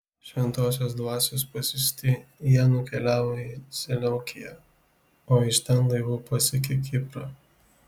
šventosios dvasios pasiųsti jie nukeliavo į seleukiją o iš ten laivu pasiekė kiprą